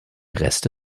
reste